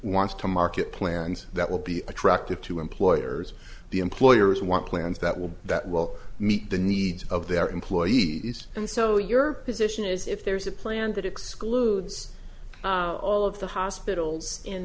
wants to market plans that will be attractive to employers the employers want plans that will that well meet the needs of their employees and so your position is if there's a plan that excludes all of the hospitals in